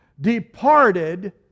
departed